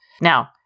Now